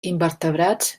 invertebrats